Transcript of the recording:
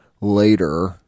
later